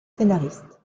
scénaristes